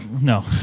no